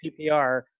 PPR